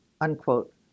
Unquote